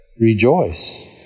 Rejoice